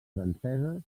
franceses